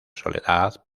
soledad